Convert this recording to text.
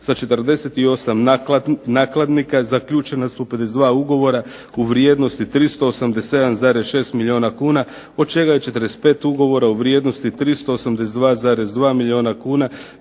sa 48 nakladnika zaključena su 52 ugovora u vrijednosti 387,6 milijuna kuna od čega je 45 ugovora u vrijednosti 382,2 milijuna kuna